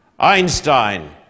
Einstein